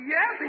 Yes